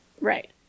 Right